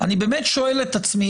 אני באמת שואל את עצמי,